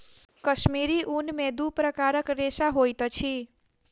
कश्मीरी ऊन में दू प्रकारक रेशा होइत अछि